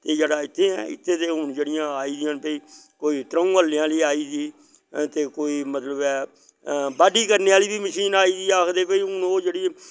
एह् जेह्ड़ा इत्थें ऐइत्थें ते जेह्ड़ियां हून आई दियां न कोई त्र'ऊं हल्लें आह्ली आई दी ते कोई मतलव ऐ बाड्डी करने आह्ली बी मशीन आई दी ऐ आखदे भाई हून ओ जेह्ड़ी